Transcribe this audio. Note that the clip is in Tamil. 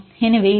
எனவே இது பி